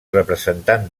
representant